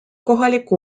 kohaliku